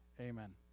Amen